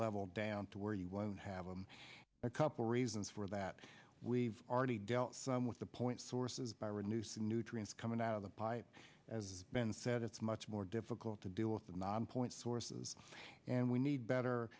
level down to where you won't have them a couple reasons for that we've already dealt with the point sources by reducing nutrients coming out of the pipe as ben said it's much more difficult to deal with them on point sources and we need better